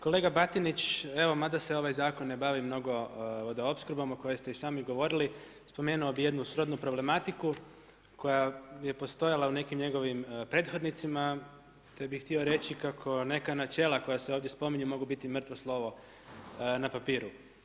Kolega Batinić, evo ma da se ovaj zakon ne bavi mnogo vodoopskrbama koje ste i sami govorili, spomenuo bi jednu srodnu problematiku, koja je postojala u nekim njegovim prethodnicima, te bi htio reći kako neka načela koja se ovdje spominju mogu biti mrtvo slovo na papiru.